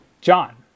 John